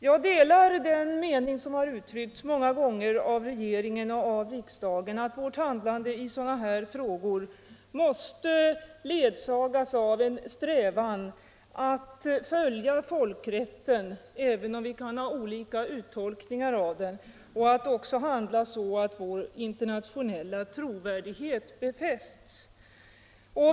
Jag delar den mening som många gånger har uttryckts av regeringen och riksdagen att vårt handlande i sådana här frågor måste ledsagas av en strävan att följa folkrätten — även om vi kan ha olika uttolkningar av denna — och att handla så att vår internationella trovärdighet befästs.